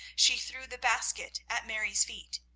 she threw the basket at mary's feet,